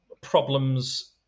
problems